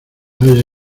haya